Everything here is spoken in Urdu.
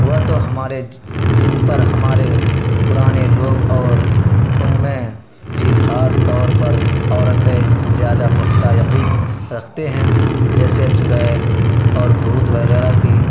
وہ تو ہمارے جن پر ہمارے پرانے لوگ اور ان میں بھی خاص طور پر عورتیں زیادہ پختہ یقین رکھتے ہیں جیسے چڑیل اور بھوت وغیرہ کی